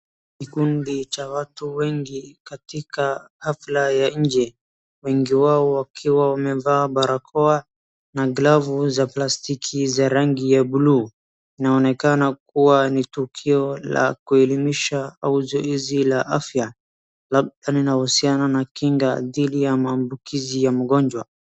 Kikundi cha watu wengi katika hafla ya nje, wengi wao wakiwa wamevaa barakoa na glovu za plastiki za rangi ya buluu. Linaonekana kuwa ni tukio la kuelimisha au zoezi la afya inayohusiana na kinga dhidi ya maambukizi ya ugonjwa.